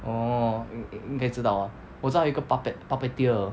orh 应应应该知道啊我知道还有一个 puppet puppeteer